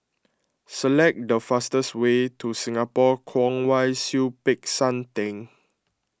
select the fastest way to Singapore Kwong Wai Siew Peck San theng